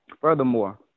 Furthermore